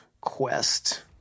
quest